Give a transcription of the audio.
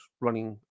running